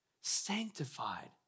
sanctified